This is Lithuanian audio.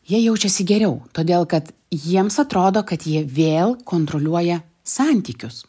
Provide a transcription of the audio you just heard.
jie jaučiasi geriau todėl kad jiems atrodo kad jie vėl kontroliuoja santykius